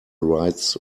rights